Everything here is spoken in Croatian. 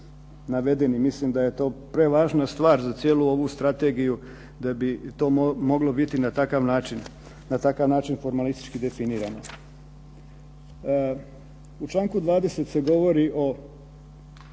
u članku 19. se govori o